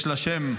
יש לה שם.